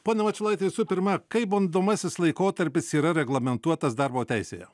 pone mačiulaiti visu pirma kaip bandomasis laikotarpis yra reglamentuotas darbo teisėje